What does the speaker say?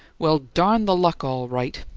well, darn the luck, all right!